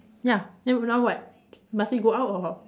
ya then now what must we go out or